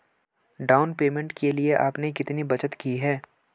Down payment के लिए आपने कितनी बचत की है?